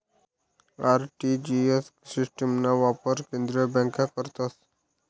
RTGS सिस्टिमना वापर केंद्रीय बँका करतस